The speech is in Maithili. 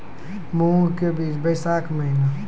मूंग के बीज बैशाख महीना